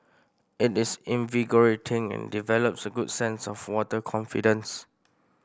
it is invigorating and develops a good sense of water confidence